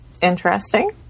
Interesting